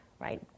Right